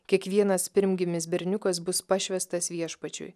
kiekvienas pirmgimis berniukas bus pašvęstas viešpačiui